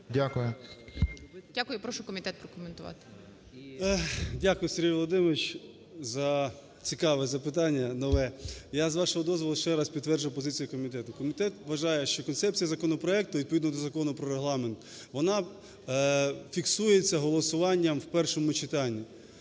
Дякую. Прошу комітет прокоментувати. 11:26:10 КНЯЗЕВИЧ Р.П. Дякую, Сергій Володимирович, за цікаве запитання нове. Я, з вашого дозволу, ще раз підтверджу позицію комітету. Комітет вважає, що концепція законопроекту відповідно до Закону про Регламент, вона фіксується голосуванням в першому читанні,